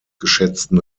geschätzten